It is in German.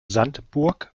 sandburg